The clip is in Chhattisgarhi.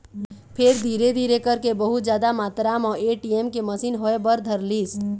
फेर धीरे धीरे करके बहुत जादा मातरा म ए.टी.एम के मसीन होय बर धरलिस